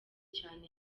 cyane